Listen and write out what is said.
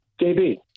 JB